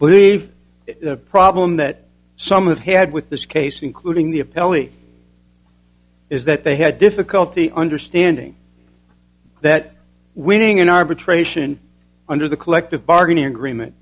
believe the problem that some of had with this case including the appellate is that they had difficulty understanding that winning an arbitration under the collective bargaining agreement